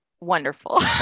wonderful